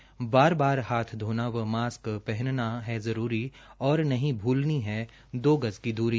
बार बार हाथ धोना व मास्क पहनना है जरूरी और नहीं भूलनी है दो गज की दूरी